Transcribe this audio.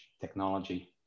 technology